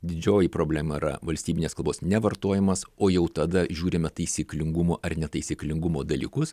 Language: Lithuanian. didžioji problema yra valstybinės kalbos nevartojimas o jau tada žiūrime taisyklingumo ar netaisyklingumo dalykus